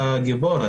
אתה גיבור,